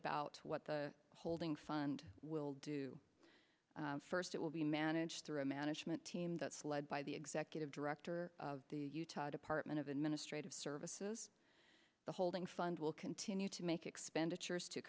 about what the holding fund will do first it will be managed through a management team that's led by the executive director of the utah department of administrative services the holding fund will continue to make expenditures to